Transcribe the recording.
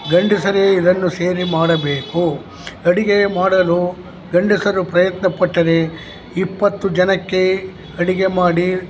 ಗಂಡಸರೇ ಇದನ್ನು ಸೇರಿ ಮಾಡಬೇಕು ಅಡುಗೆ ಮಾಡಲು ಗಂಡಸರು ಪ್ರಯತ್ನಪಟ್ಟರೆ ಇಪ್ಪತ್ತು ಜನಕ್ಕೆ ಅಡುಗೆ ಮಾಡಿ